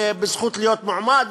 בזכות להיות מועמד,